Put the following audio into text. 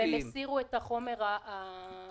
הן הסירו את החומר הבעייתי.